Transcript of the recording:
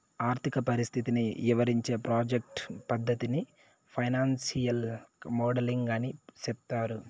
ఆర్థిక పరిస్థితిని ఇవరించే ప్రాజెక్ట్ పద్దతిని ఫైనాన్సియల్ మోడలింగ్ అని సెప్తారు